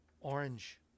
orange